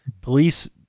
police